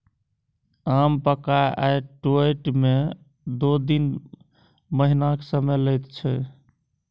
आम पाकय आ टुटय मे दु तीन महीनाक समय लैत छै